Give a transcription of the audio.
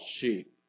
sheep